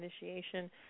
initiation